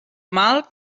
mal